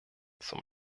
zum